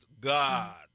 God